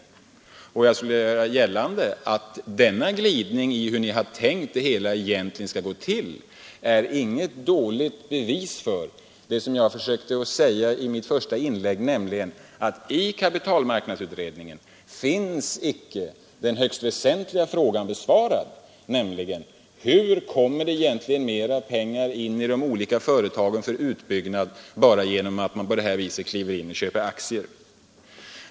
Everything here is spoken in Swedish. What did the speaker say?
Jag skulle 24 maj 1973 vilja göra gällande att denna glidning i hur ni har tänkt er att det skall gå till inte är något dåligt bevis för, som jag försökte säga i mitt första Allmänna pensionsinlägg, att denna högst väsentliga fråga icke är besvarad i kapitalmarkfondens förvaltning, m.m. nadsutredningen, nämligen frågan om hur det egentligen kommer in mera pengar i de olika företagen för utbyggnad bara genom att man på det här sättet kliver in och köper aktier.